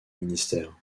ministère